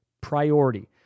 priority